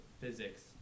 physics